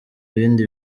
ibindi